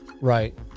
Right